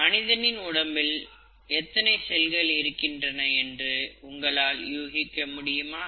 மனிதனின் உடம்பில் எத்தனை செல்கள் இருக்கின்றன என்று உங்களால் யூகிக்க முடியுமா